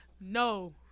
No